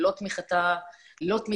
ללא תמיכה מצה"ל,